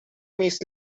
mis